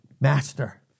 master